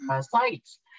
sites